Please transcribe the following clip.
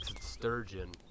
sturgeon